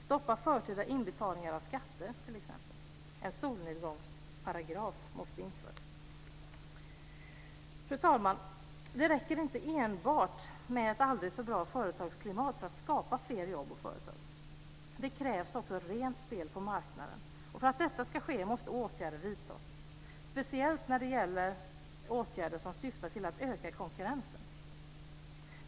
Stoppa förtida inbetalningar av skatter t.ex.! En solnedgångsparagraf måste införas. Fru talman! Det räcker inte med enbart ett aldrig så bra företagsklimat för att skapa fler jobb och företag. Det krävs också rent spel på marknaden. För att detta ska ske måste åtgärder vidtas. Speciellt gäller det åtgärder som syftar till att öka konkurrensen.